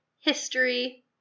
history